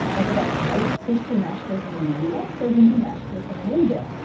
whether that's white christian nationalism in the u. s. or hindu nationalism in india.